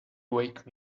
wake